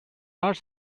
are